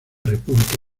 república